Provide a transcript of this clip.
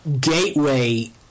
gateway